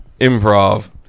improv